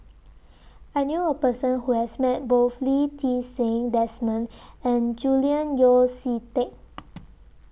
I knew A Person Who has Met Both Lee Ti Seng Desmond and Julian Yeo See Teck